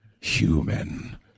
Human